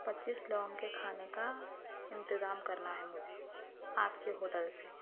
پچیس لوگوں کے کھانے کا انتظام کرنا ہے مجھے آپ کے ہوٹل سے